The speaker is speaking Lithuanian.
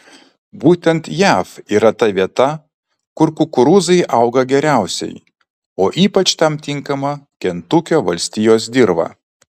būtent jav yra ta vieta kur kukurūzai auga geriausiai o ypač tam tinkama kentukio valstijos dirva